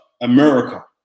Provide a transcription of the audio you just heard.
America